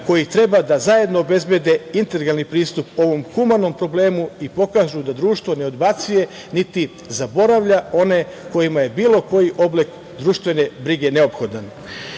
koje trebaju da zajedno obezbede integralni pristup ovom humanom problemu i pokažu da društvo ne odbacuje, niti zaboravlja one kojima je bilo koji oblik društvene brige neophodan.U